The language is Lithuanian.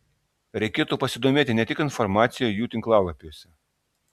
reikėtų pasidomėti ne tik informacija jų tinklalapiuose